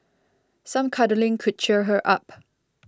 some cuddling could cheer her up